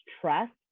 trust